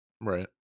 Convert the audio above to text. Right